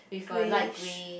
greyish